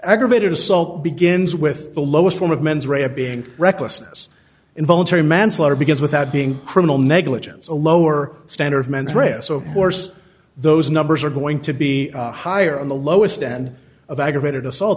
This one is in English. aggravated assault begins with the lowest form of mens rea a being recklessness involuntary manslaughter because without being criminal negligence a lower standard of mens rea a so course those numbers are going to be higher on the lowest end of aggravated assault